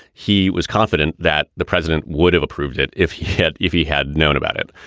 he was confident that the president would have approved it if he had if he had known about it.